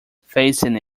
facing